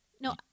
No